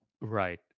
Right